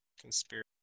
conspiracy